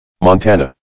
Montana